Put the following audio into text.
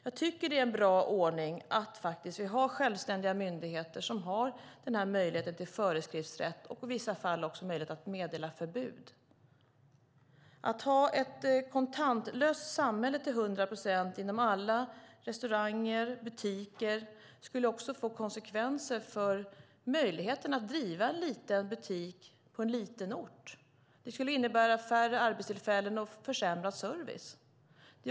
Jag tycker att det är en bra ordning att vi har självständiga myndigheter som har möjlighet till föreskriftsrätt och i vissa fall möjlighet att meddela förbud. Att ha ett till hundra procent kontantlöst samhälle för alla restauranger och butiker skulle också få konsekvenser för möjligheten att driva en liten butik på en liten ort. Det skulle innebära färre arbetstillfällen och försämrad service.